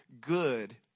good